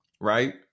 right